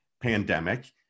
pandemic